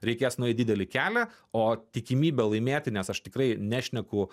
reikės nueiti didelį kelią o tikimybė laimėti nes aš tikrai nešneku